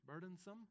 burdensome